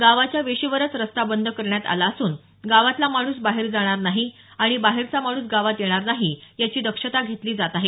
गावाच्या वेशीवरच रस्ता बंद करण्यात आला असून गावातला माणूस बाहेर जाणार नाही आणि बाहेरचा माणूस गावात येणार नाही याची दक्षता घेतली जात आहे